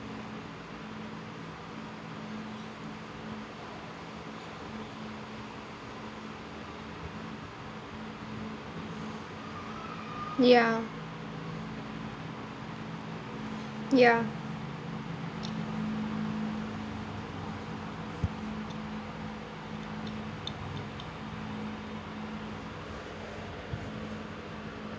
ya ya